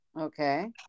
Okay